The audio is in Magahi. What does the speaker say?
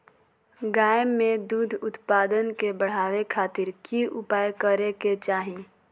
गाय में दूध उत्पादन के बढ़ावे खातिर की उपाय करें कि चाही?